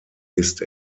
ist